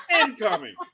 Incoming